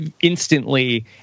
instantly